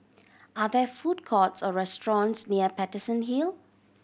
are there food courts or restaurants near Paterson Hill